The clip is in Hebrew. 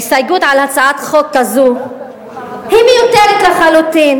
ההסתייגות להצעת חוק כזו היא מיותרת לחלוטין,